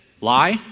Lie